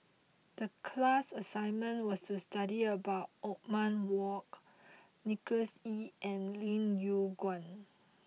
the class assignment was to study about Othman Wok Nicholas Ee and Lim Yew Kuan